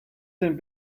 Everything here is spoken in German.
den